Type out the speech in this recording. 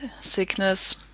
sickness